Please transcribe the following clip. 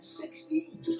sixteen